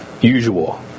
usual